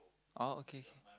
oh okay K